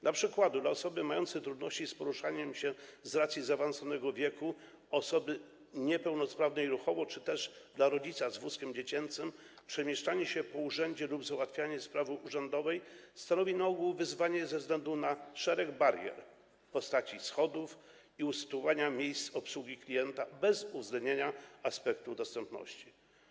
Dla przykładu dla osoby mającej problemy z poruszaniem się z racji zaawansowanego wieku, osoby niepełnosprawnej ruchowo czy też rodzica z wózkiem dziecięcym przemieszczanie się po urzędzie lub załatwianie sprawy urzędowej stanowi na ogół wyzwanie ze względu na szereg barier w postaci schodów i usytuowania miejsc obsługi klienta bez uwzględnienia aspektu dostępności.